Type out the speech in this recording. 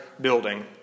building